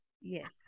Yes